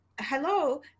hello